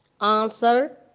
Answer